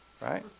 Right